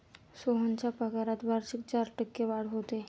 सोहनच्या पगारात वार्षिक चार टक्के वाढ होते